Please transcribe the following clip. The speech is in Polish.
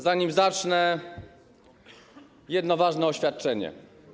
Zanim zacznę, jedno ważne oświadczenie.